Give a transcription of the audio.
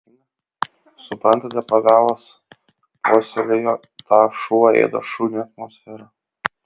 suprantate pavelas puoselėjo tą šuo ėda šunį atmosferą